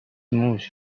موش